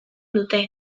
dute